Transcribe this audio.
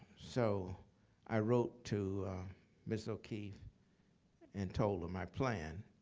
so i wrote to ms. o'keeffe and told her my plan.